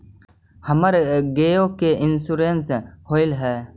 हमर गेयो के इंश्योरेंस होव है?